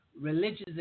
religious